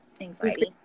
anxiety